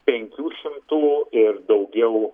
penkių šimtų ir daugiau